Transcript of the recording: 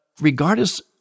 regardless